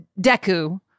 Deku